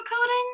coding